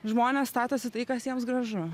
žmonės statosi tai kas jiems gražu